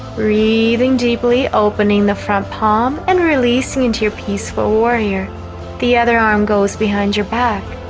breathing deeply opening the front palm and releasing into your peaceful warrior the other arm goes behind your back